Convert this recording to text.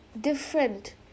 different